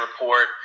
report